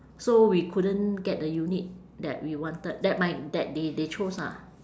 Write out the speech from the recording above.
so we couldn't get the unit that we wanted that my that they they chose ah